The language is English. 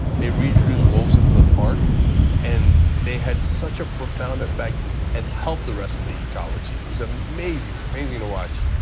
they reintroduce was into the park and they had such a profound effect and help the rest of the ecology. it was amazing, so amazing to watch.